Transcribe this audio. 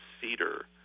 cedar